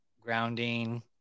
grounding